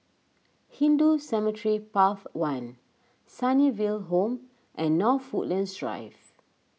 Hindu Cemetery Path one Sunnyville Home and North Woodlands Drive